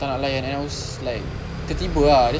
macam tak nak layan and I was like tertiba ah